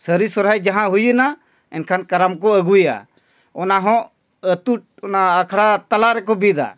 ᱥᱟᱹᱨᱤ ᱥᱚᱦᱨᱟᱭ ᱡᱟᱦᱟᱸ ᱦᱩᱭᱮᱱᱟ ᱮᱱᱠᱷᱟᱱ ᱠᱟᱨᱟᱢ ᱠᱚ ᱟᱹᱜᱩᱭᱟ ᱚᱱᱟᱦᱚᱸ ᱟᱛᱳ ᱚᱱᱟ ᱟᱠᱷᱲᱟ ᱛᱟᱞᱟ ᱨᱮᱠᱚ ᱵᱤᱫᱟ